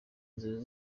inzozi